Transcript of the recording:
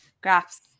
graphs